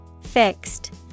Fixed